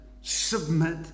submit